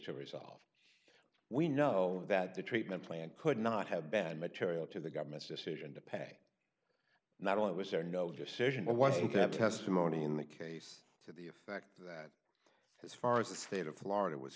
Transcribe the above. to resolve we know that the treatment plan could not have been material to the government's decision to pay not only was there no decision what was it that testimony in the case to the effect that as far as the state of florida was